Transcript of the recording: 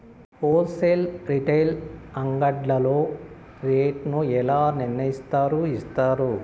Whole sale retail అంగడ్లలో rate ను ఎలా నిర్ణయిస్తారు యిస్తారు?